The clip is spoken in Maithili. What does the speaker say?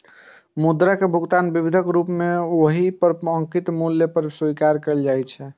मुद्रा कें भुगतान विधिक रूप मे ओइ पर अंकित मूल्य पर स्वीकार कैल जाइ छै